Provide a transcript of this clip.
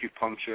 acupuncture